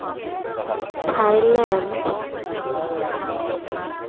Thailand